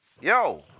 yo